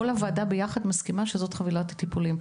הוועדה ביחד מסכימה על חבילת הטיפולים.